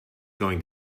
going